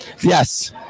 Yes